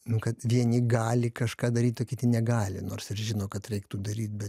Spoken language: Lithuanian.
nu kad vieni gali kažką daryt o kiti negali nors ir žino kad reiktų daryt bet